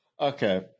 Okay